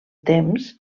temps